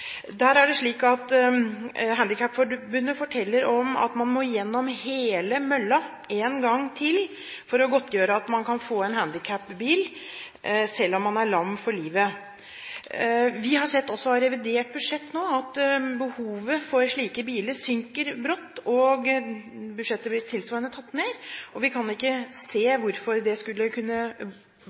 Handikapforbundet forteller at man må gjennom hele mølla en gang til for å godtgjøre at man kan få en handikapbil, selv om man er lam for livet. I revidert budsjett har vi nå sett at behovet for slike biler synker brått, og budsjettet blir redusert tilsvarende. Vi kan ikke se hvorfor det skulle